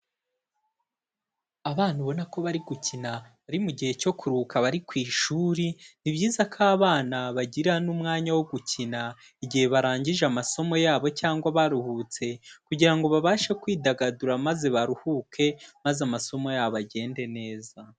Abana ubona ko bari gukina, bari mu gihe cyo kuruhuka bari ku ishuri, ni byiza ko abana bagirira n'umwanya wo gukina igihe barangije amasomo yabo cyangwa baruhutse, kugira ngo babashe kwidagadura maze baruhuke, maze amasomo yabo agende neza.